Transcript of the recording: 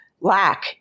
lack